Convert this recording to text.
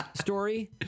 story